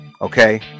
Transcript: okay